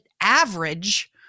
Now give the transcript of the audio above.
average